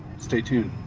stay tuned!